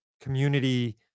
community